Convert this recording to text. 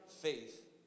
Faith